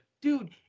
Dude